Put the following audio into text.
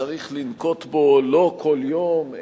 צריך לנקוט לא כל יום,